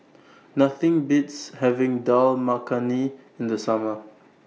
Nothing Beats having Dal Makhani in The Summer